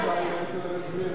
ולו יכולתי בשתי ידיים,